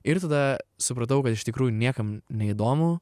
ir tada supratau kad iš tikrųjų niekam neįdomu